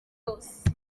yose